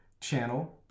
channel